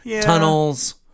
tunnels